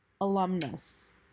alumnus